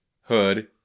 hood